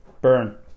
burn